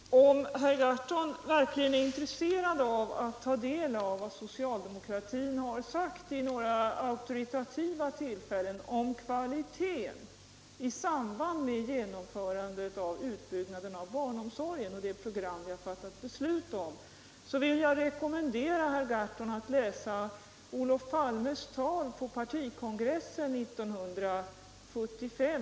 Herr talman! Om herr Gahrton verkligen är intresserad av att ta del av vad socialdemokratin auktoritativt har sagt vid några tillfällen om kvaliteten i samband med genomförandet av utbyggnaden av barnomsorgen och det program vi har fattat beslut om, så vill jag rekommendera herr Gahrton att läsa Olof Palmes tal på partikongressen 1975.